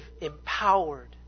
empowered